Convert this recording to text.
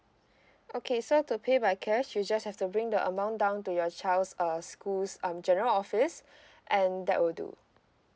okay so to pay by cash you just have to bring the amount down to your child's uh schools um general office and that will do